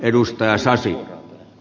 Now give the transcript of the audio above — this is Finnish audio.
arvoisa puhemies